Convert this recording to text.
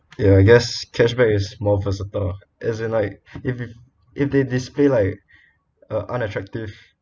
ya I guess cashback is more versatile as in like if if if they display like uh unattractive